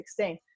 2016